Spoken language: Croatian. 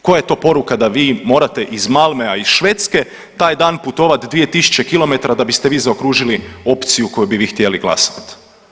Koja je to poruka da vi morate iz Malmoa iz Švedske taj dan putovat 2.000 da biste vi zaokružili opciju koju bi vi htjeli glasati?